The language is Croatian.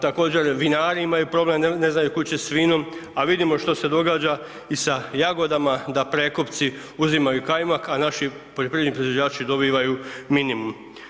Također i vinari imaju problem, ne znaju kud će s vinom, a vidimo što se događa i sa jagodama da prekupci uzimaju kajmak, a naši poljoprivredni proizvođači dobivaju minimum.